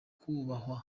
kubahwa